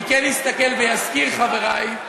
אני כן אסתכל ואזכיר, חברי,